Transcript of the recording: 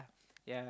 yeah